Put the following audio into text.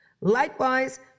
Likewise